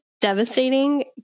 devastating